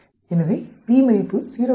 எனவே p மதிப்பு 0